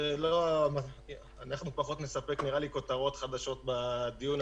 נראה לי שאנחנו פחות נספק כותרות חדשות בדיון הזה.